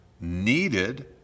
needed